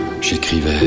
j'écrivais